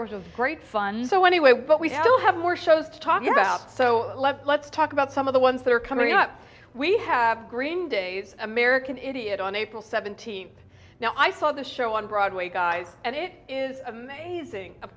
your was of great fun so anyway what we'll have more shows to talk about so let's talk about some of the ones that are coming up we have green day's american idiot on april seventeenth now i saw the show on broadway guys and it is amazing of